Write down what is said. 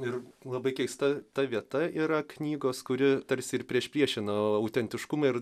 ir labai keista ta vieta yra knygos kuri tarsi ir priešpriešino autentiškumą ir